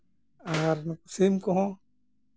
ᱟᱨ ᱥᱤᱢ ᱠᱚᱦᱚᱸ